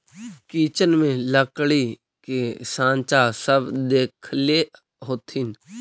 kitchen में लकड़ी के साँचा सब देखले होथिन